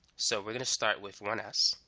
so we're gonna start with one s